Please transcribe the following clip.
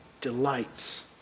delights